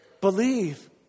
believe